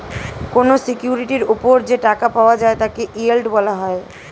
কোন সিকিউরিটির উপর যে টাকা পাওয়া যায় তাকে ইয়েল্ড বলা হয়